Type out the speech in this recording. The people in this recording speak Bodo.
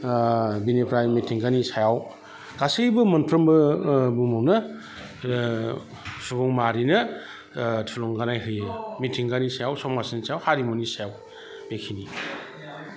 बेनिफ्राय मिथिंगानि सायाव गासैबो मोनफ्रोमबो बुहुमावनो सुबुं माहारिनो थुलुंगानाय होयो मिथिंगानि सायाव समाजनि सायाव हारिमुनि सायाव बेखिनि